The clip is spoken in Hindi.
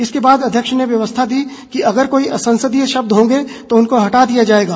इसके बाद अध्यक्ष ने व्यवस्था दी कि अगर कोई असंसदीय शब्द होंगे तो उनको हटा दिया जाएगा